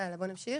הלאה, בוא נמשיך.